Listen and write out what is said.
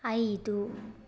ಐದು